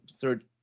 third